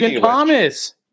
Thomas